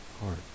heart